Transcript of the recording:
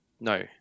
No